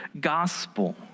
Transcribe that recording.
gospel